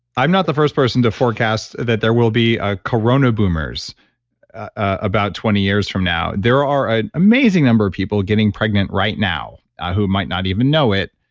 i'm not the first person to forecast that there will be a corona boomers about twenty years from now there are an amazing number of people getting pregnant right now who might not even know it,